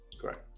Correct